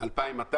ל-2,200